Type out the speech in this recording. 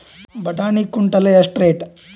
ಬಟಾಣಿ ಕುಂಟಲ ಎಷ್ಟು ರೇಟ್?